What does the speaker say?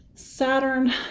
Saturn